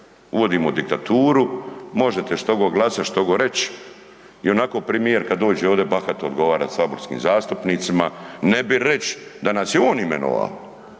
uvodimo diktaturu, možete što god glasati, što god reći, ionako premijer kad dođe ovde bahato odgovara saborskim zastupnicima, ne bi reč da nas je on imenovao,